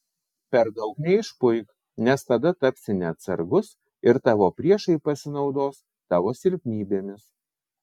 per daug neišpuik nes tada tapsi neatsargus ir tavo priešai pasinaudos tavo silpnybėmis